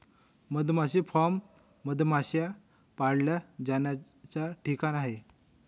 मधमाशी फार्म मधमाश्या पाळल्या जाण्याचा ठिकाण आहे